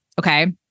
Okay